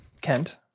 Kent